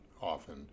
often